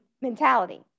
mentality